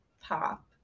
pop